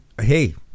hey